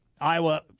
Iowa